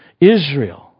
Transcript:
Israel